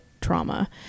trauma